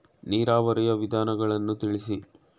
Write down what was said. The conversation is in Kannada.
ನೀರಾವರಿಯ ವಿಧಾನಗಳನ್ನು ತಿಳಿಸಿ?